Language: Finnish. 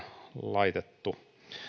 laitettu tänne